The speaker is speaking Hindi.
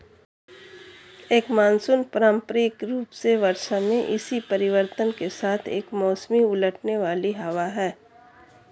एक मानसून पारंपरिक रूप से वर्षा में इसी परिवर्तन के साथ एक मौसमी उलटने वाली हवा है